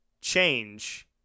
change